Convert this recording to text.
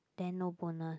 then no bonus